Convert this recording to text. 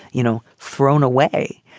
you know, thrown away.